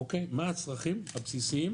מה הצרכים הבסיסיים